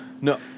No